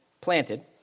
planted